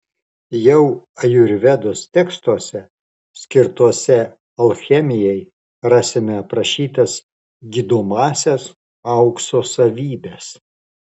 jau ajurvedos tekstuose skirtuose alchemijai rasime aprašytas gydomąsias aukso savybes